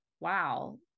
Wow